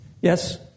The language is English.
Yes